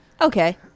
Okay